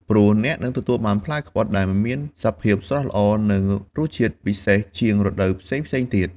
ព្រោះអ្នកនឹងទទួលបានផ្លែខ្វិតដែលមានសភាពស្រស់ល្អ និងរសជាតិពិសេសជាងរដូវផ្សេងៗទៀត។